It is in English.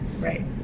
Right